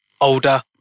older